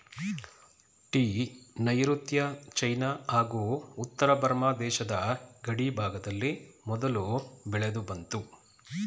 tea ನೈರುತ್ಯ China ಹಾಗೂ ಉತ್ತರ ಬರ್ಮ ದೇಶದ ಗಡಿಭಾಗದಲ್ಲಿ ಮೊದಲು ಬೆಳೆದುಬಂತು